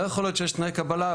לא יכול להיות שיש תנאי קבלה,